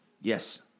yes